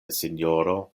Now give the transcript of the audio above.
sinjoro